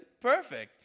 Perfect